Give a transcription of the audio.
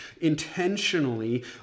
intentionally